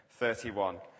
31